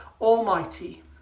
Almighty